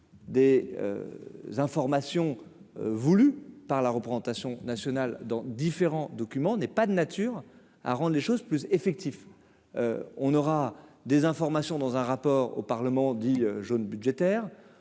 des informations voulues par la représentation nationale dans différents documents n'est pas de nature à rendre les choses plus effectif, on aura des informations dans un rapport au Parlement jaune budgétaire,